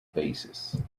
basis